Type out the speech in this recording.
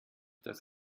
dass